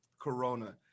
Corona